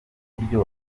buryo